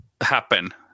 happen